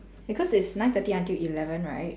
because it's nine thirty until eleven right